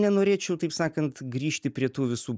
nenorėčiau taip sakant grįžti prie tų visų